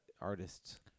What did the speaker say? artists